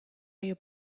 your